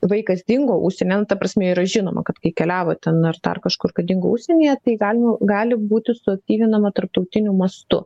vaikas dingo užsieny nu ta prasme yra žinoma kad kai keliavo ten ar dar kažkur dingo užsienyje tai galima gali būti suaktyvinama tarptautiniu mastu